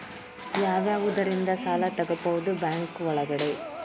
ಯಾವ್ಯಾವುದರಿಂದ ಸಾಲ ತಗೋಬಹುದು ಬ್ಯಾಂಕ್ ಒಳಗಡೆ?